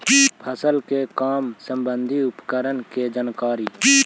फसल के काम संबंधित उपकरण के जानकारी?